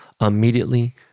Immediately